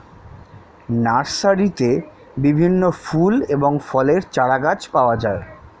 নার্সারিতে বিভিন্ন ফুল এবং ফলের চারাগাছ পাওয়া যায়